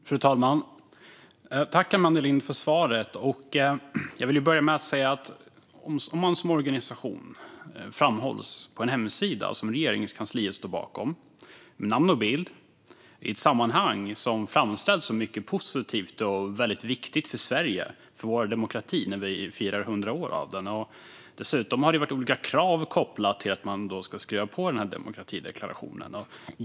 Fru talman! Jag tackar Amanda Lind för svaret. Det handlar om att en organisation framhålls på en hemsida som Regeringskansliet står bakom med namn och bild i ett sammanhang som framställs som mycket positivt och viktigt för Sverige och för vår demokrati, nämligen att vi firar 100 år av demokrati. Dessutom har det ställts olika krav för att man ska få skriva på demokratideklarationen.